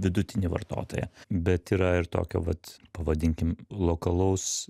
vidutinį vartotoją bet yra ir tokio vat pavadinkim lokalaus